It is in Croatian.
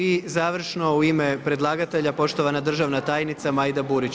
I završno u ime predlagatelja poštovana državna tajnica Majda Burić.